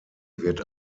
wird